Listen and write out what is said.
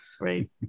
Right